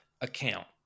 account